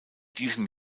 diesem